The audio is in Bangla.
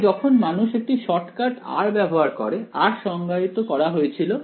তাই যখন মানুষ একটি শর্টকাট R ব্যবহার করে R সংজ্ঞায়িত করা হয়েছিল